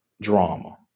drama